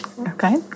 okay